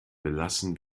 belassen